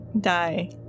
die